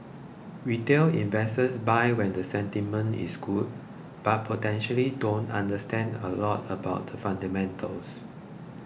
retail investors buy when the sentiment is good but potentially don't understand a lot about the fundamentals